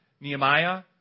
Nehemiah